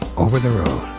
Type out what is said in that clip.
over the road.